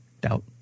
doubt